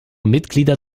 mitglieder